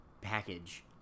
package